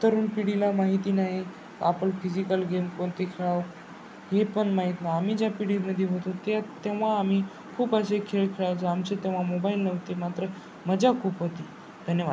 तरूण पिढीला माहिती नाही आपण फिजिकल गेम कोणते खेळावं हे पण माहीत नाही आम्ही ज्या पिढीमध्ये होतो त्या तेव्हा आम्ही खूप असे खेळ खेळायचो आमचे तेव्हा मोबाईल नव्हते मात्र मजा खूप होती धन्यवाद